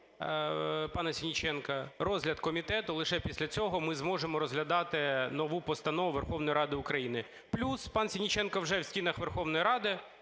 пана Сенниченка, розгляд комітету, лише після цього ми зможемо розглядати нову постанову Верховної Ради України. Плюс пан Сенниченко вже в стінах Верховної Ради,